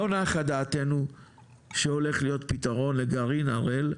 לא נחה דעתנו שהולך להיות פתרון לגרעין הראל.